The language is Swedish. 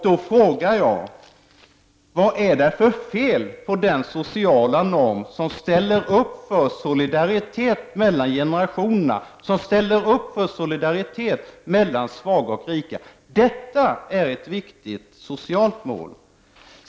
Då frågar jag: Vad är det för fel på den sociala norm som innebär att man ställer upp för solidaritet mellan generationerna, för solidaritet mellan svaga och rika? Detta är ett viktigt socialt mål.